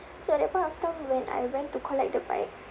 so at that point of time when I went to collect the bike